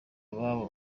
ababo